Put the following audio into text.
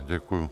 Děkuji.